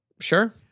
Sure